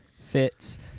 Fits